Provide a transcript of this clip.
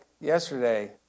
yesterday